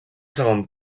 segon